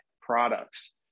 products